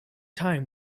time